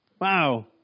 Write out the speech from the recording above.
Wow